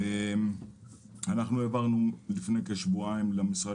אנחנו העברנו לפני כשבועיים למשרד